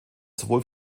sowohl